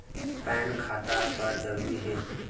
Pan खाता बर जरूरी हे?